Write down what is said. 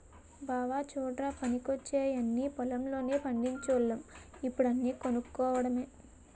బావా చుడ్రా పనికొచ్చేయన్నీ పొలం లోనే పండిచోల్లం ఇప్పుడు అన్నీ కొనుక్కోడమే